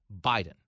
Biden